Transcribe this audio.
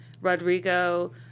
Rodrigo